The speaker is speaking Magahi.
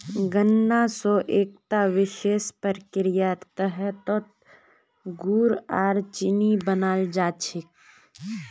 गन्ना स एकता विशेष प्रक्रियार तहतत गुड़ आर चीनी बनाल जा छेक